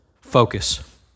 focus